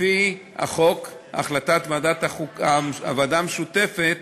לפי החוק, החלטת הוועדה המשותפת